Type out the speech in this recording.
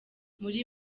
muri